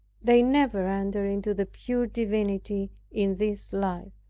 they never enter into the pure divinity in this life.